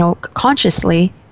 consciously